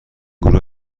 گروه